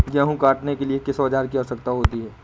गेहूँ काटने के लिए किस औजार की आवश्यकता होती है?